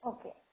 Okay